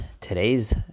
Today's